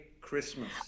Christmas